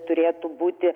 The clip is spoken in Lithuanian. turėtų būti